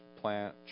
plant